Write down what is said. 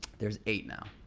there's eight now.